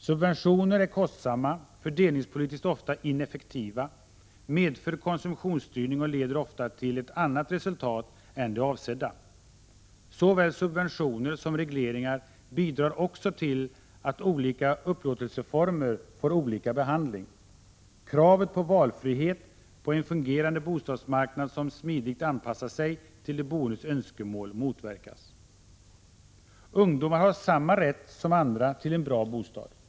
Subventioner är kostsamma och fördelningspolitiskt ofta ineffektiva. De medför konsumtionsstyrning och leder ofta till ett annat resultat än det avsedda. Såväl subventioner som regleringar bidrar också till att olika upplåtelseformer får olika behandling. Kravet på valfrihet, på en fungerande bostadsmarknad som smidigt anpassar sig till de boendes önskemål, motverkas. Ungdomar har samma rätt som andra till en bra bostad. De skall inte — Prot.